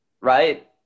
right